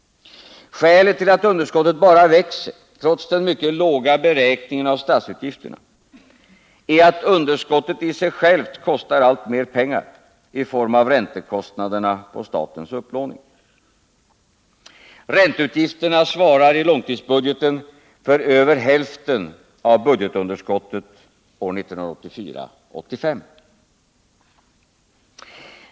Skälet till att underskottet bara växer trots den mycket låga beräkningen av statsutgifterna är att underskottet i sig självt kostar alltmer pengar i form av räntekostnaderna på statens upplåning. Ränteutgifterna svarar i långtidsbudgeten för över hälften av budgetunderskottet år 1984/85.